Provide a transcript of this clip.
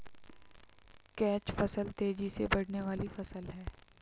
catch फसल तेजी से बढ़ने वाली फसल है